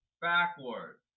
backward